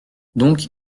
donc